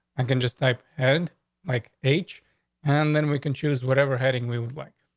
and can just type head like h and then we can choose whatever heading we would like.